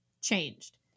changed